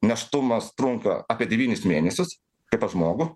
nėštumas trunka apie devynis mėnesius kaip pas žmogų